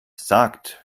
sagt